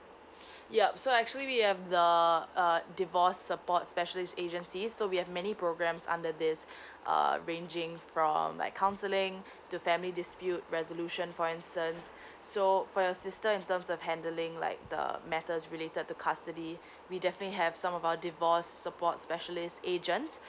yup so actually we have the uh divorce support specialist agency so we have many programs under this uh ranging from like counselling to family dispute resolution for instance so for your sister in terms of handling like the matters related to custody we definitely have some of our divorce support specialist agents